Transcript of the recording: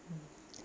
mm mm